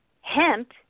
Hemp